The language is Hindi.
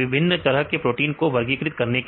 विभिन्न तरह के प्रोटीन को वर्गीकृत करने के लिए